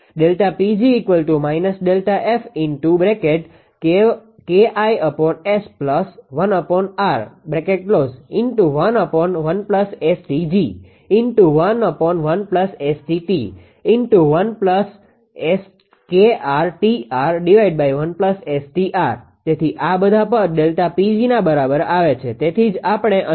તેથી આ બધા પદ ΔPgના બરાબર આવે છે તેથી જ આપણે અહીં લખીએ છીએ